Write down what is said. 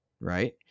right